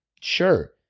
Sure